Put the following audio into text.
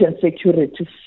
Security